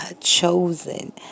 chosen